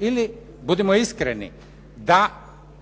ili, budimo iskreni, da